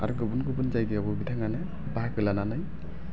आरो गुबुन गुबुन जायगायावबो बिथाङानो बोहोगो लानानै